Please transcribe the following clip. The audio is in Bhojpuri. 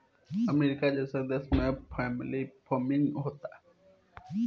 अमरीका जइसन देश में फैमिली फार्मिंग होता